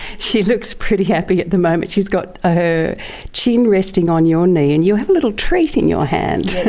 she looks pretty happy at the moment. she's got ah her chin resting on your knee and you have a little treat in your hand,